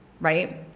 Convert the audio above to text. right